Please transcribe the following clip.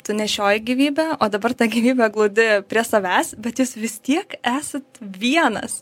tu nešiojai gyvybę o dabar tą gyvybę glaudi prie savęs bet jūs vis tiek esat vienas